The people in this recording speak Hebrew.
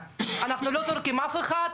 איך הוא מפעיל את הסמכויות וכו',